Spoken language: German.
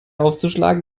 aufzuschlagen